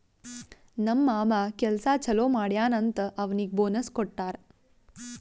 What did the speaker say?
ನಮ್ ಮಾಮಾ ಕೆಲ್ಸಾ ಛಲೋ ಮಾಡ್ಯಾನ್ ಅಂತ್ ಅವ್ನಿಗ್ ಬೋನಸ್ ಕೊಟ್ಟಾರ್